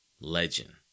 legend